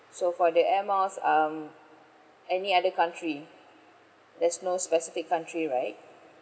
so for the air miles um any other country there's no specific country right